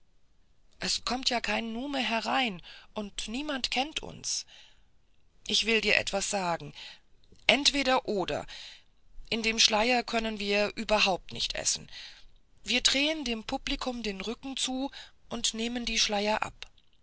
es kommt ja kein nume herein und niemand kennt uns ich will dir etwas sagen entweder oder in dem schleier können wir überhaupt nicht essen wir drehen dem publikum den rücken zu und nehmen die schleier ab